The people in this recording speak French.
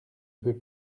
peux